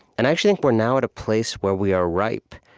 and i actually think we're now at a place where we are ripe,